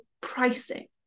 pricing